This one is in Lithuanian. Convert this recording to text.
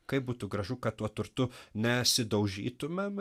kaip būtų gražu kad tuo turtu nesidaužytumėm